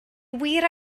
wir